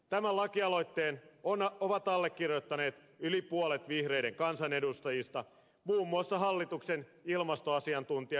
tämän lakialoitteen on allekirjoittanut yli puolet vihreiden kansanedustajista muun muassa hallituksen ilmastoasiantuntija ed